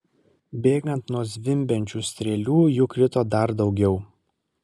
bėgant nuo zvimbiančių strėlių jų krito dar daugiau